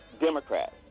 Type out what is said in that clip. Democrats